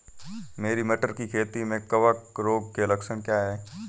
मेरी मटर की खेती में कवक रोग के लक्षण क्या हैं?